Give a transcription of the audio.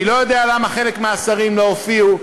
אני לא יודע למה חלק מהשרים לא הופיעו,